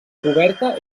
coberta